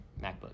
MacBook